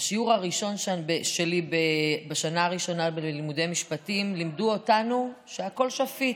בשיעור הראשון שלי בשנה הראשונה בלימודי משפטים לימדו אותנו שהכול שפיט,